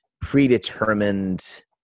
predetermined